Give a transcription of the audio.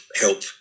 help